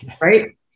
Right